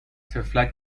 طفلک